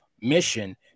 mission